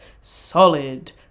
Solid